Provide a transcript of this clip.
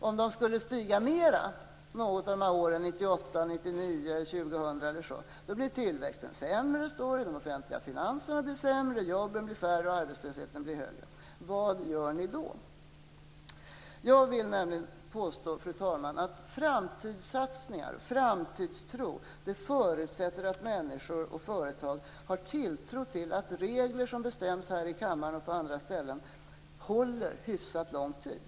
Om lönerna skulle stiga mer under något av åren 1998, 1999 eller 2000 blir tillväxten sämre, de offentliga finanserna sämre, jobben färre och arbetslösheten högre. Vad gör ni då? Fru talman! Jag vill påstå att framtidssatsningar och framtidstro förutsätter att människor och företag har tilltro till att regler som det fattas beslut om här i kammaren och på andra ställen gäller under hyfsat lång tid.